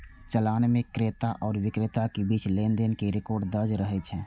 चालान मे क्रेता आ बिक्रेता के बीच लेनदेन के रिकॉर्ड दर्ज रहै छै